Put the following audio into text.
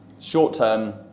Short-term